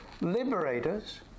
liberators